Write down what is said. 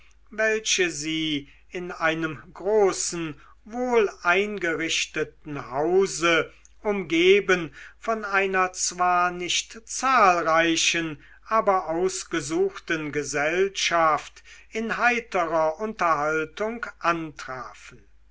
welche sie in einem großen wohleingerichteten hause umgeben von einer zwar nicht zahlreichen aber ausgesuchten gesellschaft in heiterer unterhaltung antrafen